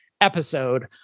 episode